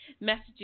Messages